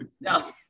No